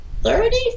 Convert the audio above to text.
thirty